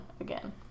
again